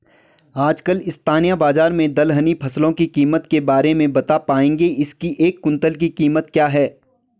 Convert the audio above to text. आजकल स्थानीय बाज़ार में दलहनी फसलों की कीमत के बारे में बताना पाएंगे इसकी एक कुन्तल की कीमत क्या है?